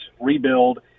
rebuild